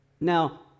Now